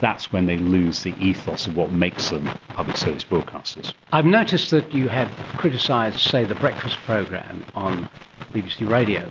that's when they lose the ethos of what makes them public service broadcasters. i have noticed that you have criticised, say, the breakfast program on bbc radio